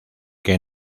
que